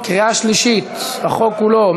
קריאה שלישית, החוק כולו.